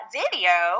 video